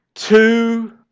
Two